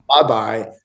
Bye-bye